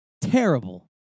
Terrible